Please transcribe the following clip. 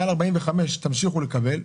מעל 45 תמשיכו לקבל,